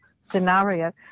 scenario